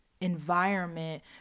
environment